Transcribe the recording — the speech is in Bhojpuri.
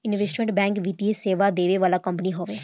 इन्वेस्टमेंट बैंक वित्तीय सेवा देवे वाला कंपनी हवे